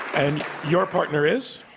and your partner is?